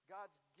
God's